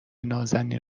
نازنین